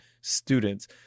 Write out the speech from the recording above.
students